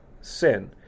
sin